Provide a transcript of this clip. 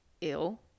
ill